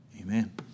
Amen